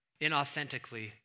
inauthentically